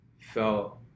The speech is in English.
felt